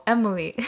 Emily